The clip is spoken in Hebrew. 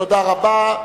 תודה רבה.